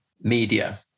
media